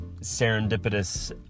serendipitous